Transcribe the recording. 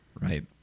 right